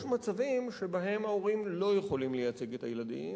יש מצבים שבהם ההורים לא יכולים לייצג את הילדים,